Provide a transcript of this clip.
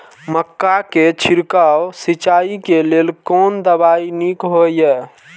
मक्का के छिड़काव सिंचाई के लेल कोन दवाई नीक होय इय?